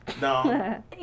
No